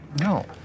No